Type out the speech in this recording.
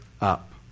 up